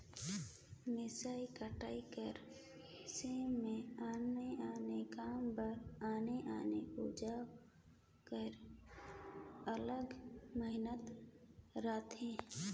मिसई कुटई कर समे मे आने आने काम बर आने आने अउजार कर अलगे महत रहथे